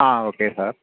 ആ okay sir